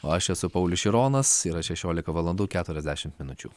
o aš esu paulius šironas yra šešiolika valandų keturiasdešimt minučių